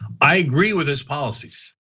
i agree with his policies.